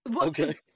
Okay